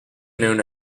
known